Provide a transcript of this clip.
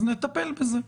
אז נטפל בזה,